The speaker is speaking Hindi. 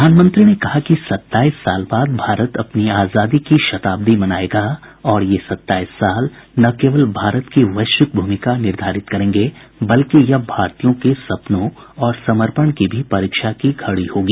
प्रधानमंत्री ने कहा कि सत्ताईस साल बाद भारत अपनी आजादी की शताब्दी मनाएगा और ये सत्ताईस वर्ष न केवल भारत की वैश्विक भूमिका निर्धारित करेंगे बल्कि यह भारतीयों के सपनों और समर्पण की भी परीक्षा की घड़ी होगी